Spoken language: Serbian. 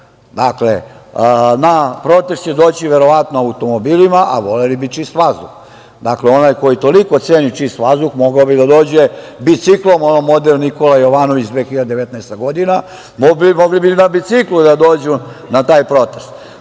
na protest će doći verovatno automobili, a voleli bi čist vazduh. Onaj ko toliko ceni čist vazduh mogao bi da dođe biciklom, onaj model Nikola Jovanović 2019. godina. Mogli bi da dođu biciklom na taj protest.